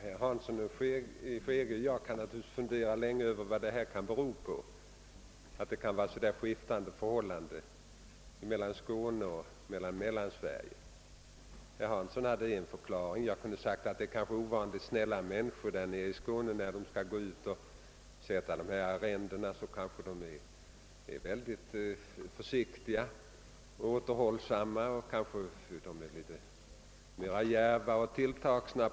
Herr talman! Jag kan naturligtvis, herr Hansson i Skegrie, fundera länge över vad det kan bero på att förhållandena skiftar så starkt i Skåne och Mellansverige. Jag kan t.ex. säga att människorna nere i Skåne är ovanligt snälla. När de sätter arrendena kanske de är försiktiga och återhållsamma, på andra håll är människorna kanske mer djärva och tilltagsna.